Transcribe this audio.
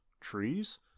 Trees